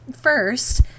First